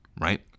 right